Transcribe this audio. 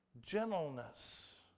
gentleness